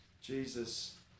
Jesus